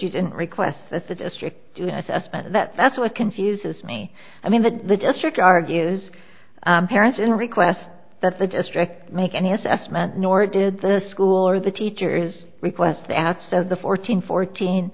you didn't request that the district assessment that that's what confuses me i mean that the district argues parents in requests that the district make any assessment nor did the school or the teachers request at so the fourteen fourteen